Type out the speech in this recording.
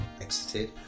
exited